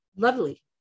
lovely